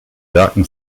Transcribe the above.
werken